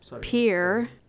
pier